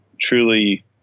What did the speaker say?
truly